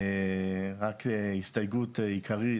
רק הסתייגות עיקרית,